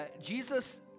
Jesus